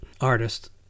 artist